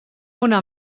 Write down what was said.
una